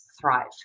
thrive